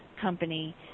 company